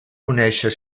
conéixer